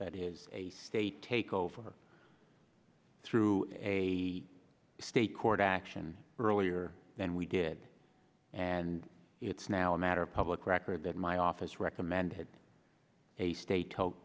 that is a state takeover through a state court action earlier than we did and it's now a matter of public record that my office recommended a state